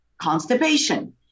constipation